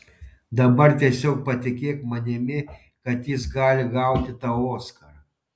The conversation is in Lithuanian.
dabar tiesiog patikėk manimi kad jis gali gauti tau oskarą